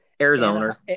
Arizona